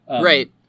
Right